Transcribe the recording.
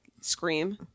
scream